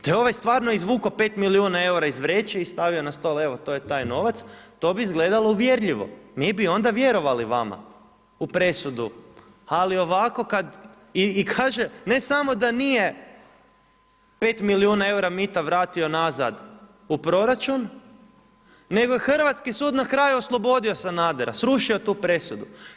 Te je ovaj stvarno izvukao 5 milijuna eura iz vreće i stavio na stol, evo to je taj nova, to bi izgledalo uvjerljivo, mi bi onda vjerovali vama u presudu, ali ovako kada i kaže, ne samo da nije 5 milijuna eura mita vratio nazad u proračun, nego je hrvatski sud, na kraju oslobodio Sanadera, srušio tu presudu.